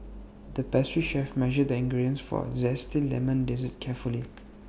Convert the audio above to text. the pastry chef measured the ingredients for A Zesty Lemon Dessert carefully